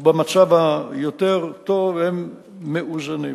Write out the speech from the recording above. ובמצב היותר-טוב הם מאוזנים.